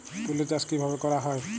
তুলো চাষ কিভাবে করা হয়?